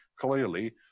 clearly